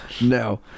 no